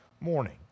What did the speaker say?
morning